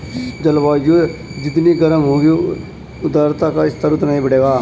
जलवायु जितनी गर्म होगी आर्द्रता का स्तर उतना ही बढ़ेगा